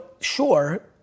sure